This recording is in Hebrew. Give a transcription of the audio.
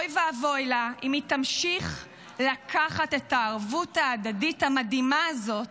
אוי ואבוי לה אם היא תמשיך לקחת את הערבות ההדדית המדהימה הזאת